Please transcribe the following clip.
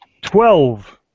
Twelve